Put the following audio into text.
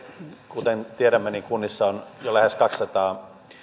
kuten tiedämme kunnissa on jo lähes kaksisataa